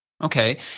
Okay